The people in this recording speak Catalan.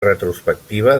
retrospectiva